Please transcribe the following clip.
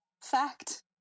fact